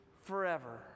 forever